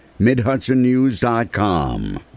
MidHudsonNews.com